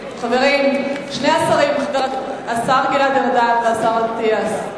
חברים, שני השרים, השר גלעד ארדן והשר אטיאס.